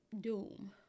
doom